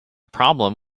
problem